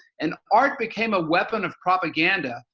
and art became a weapon of propaganda.